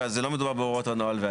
וזה לא מדובר בהוראות הנוהל והדין.